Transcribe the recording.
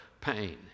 pain